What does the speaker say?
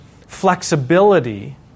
flexibility